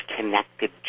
connected